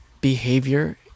Behavior